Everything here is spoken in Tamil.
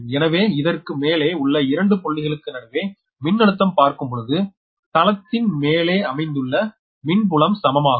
எனவே இதற்க்கு மேலே உள்ள இரண்டு புள்ளிகளுக்கு நடுவே மின்னழுத்தம் பார்க்கும் பொழுது தளத்தின் மேலே அமைந்துள்ள மின்புலம் சமமாகும்